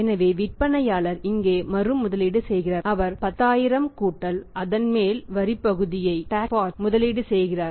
எனவே விற்பனையாளர் இங்கே மறு முதலீடு செய்கிறார் அவர் 10000 அதன்மேல் வரி பகுதியை முதலீடு செய்கிறார்